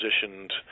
positioned